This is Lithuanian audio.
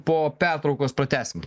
po pertraukos pratęsim